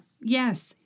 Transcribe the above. Yes